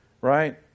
right